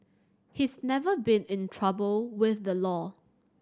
he's never been in trouble with the law